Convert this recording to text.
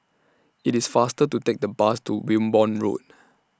IT IS faster to Take The Bus to Wimborne Road